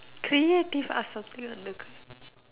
creative ask something lah